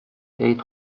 عید